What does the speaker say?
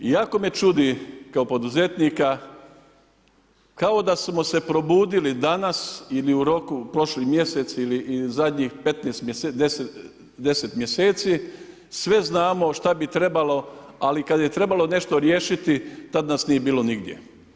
Jako me čudi kao poduzetnika, kao da smo se probudili danas ili u roku prošli mjesec ili zadnjih 15 mjeseci, 10 mjeseci, sve znamo šta bi trebalo, ali kad je trebalo nešto riješiti, tad nas nije bilo nigdje.